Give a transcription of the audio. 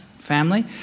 Family